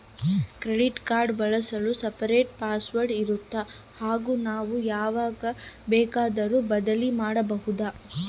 Credit card ಬಳಸಲು separate password ಇರುತ್ತಾ ಹಾಗೂ ನಾವು ಯಾವಾಗ ಬೇಕಾದರೂ ಬದಲಿ ಮಾಡಬಹುದಾ?